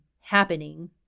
happening